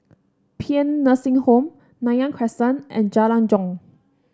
Paean Nursing Home Nanyang Crescent and Jalan Jong